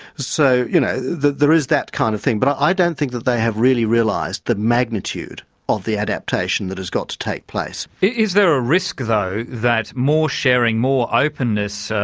so you know there is that kind of thing, but i don't think that they have really realised the magnitude of the adaptation that has got to take place. is there a risk though, that more sharing, more openness,